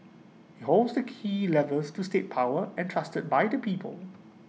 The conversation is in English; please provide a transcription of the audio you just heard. holds the key levers of state power entrusted by the people